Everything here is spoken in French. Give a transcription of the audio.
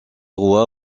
roi